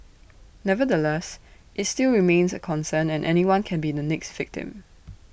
nevertheless IT still remains A concern and anyone can be the next victim